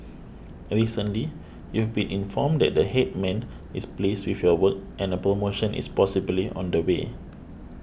recently you've been informed that the Headman is pleased with your work and a promotion is possibly on the way